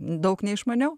daug neišmaniau